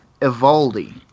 Evaldi